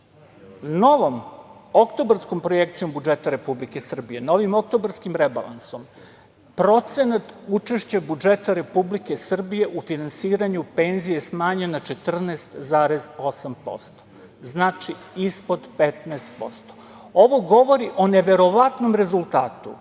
oktobarskom projekcijom budžeta Republike Srbije, novim oktobarskim rebalansom, procenat učešća budžeta Republike Srbije u finansiranju penzije je smanjen na 14,8%, znači, ispod 15%. Ovo govori o neverovatno rezultatu